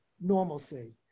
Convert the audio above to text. normalcy